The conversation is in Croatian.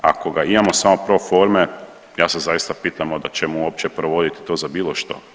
Ako ga imao samo proforme ja se zaista pitam onda čemu uopće provoditi to za bilo što.